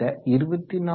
இந்த 24